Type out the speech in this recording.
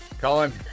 Colin